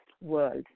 world